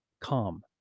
Calm